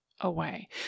away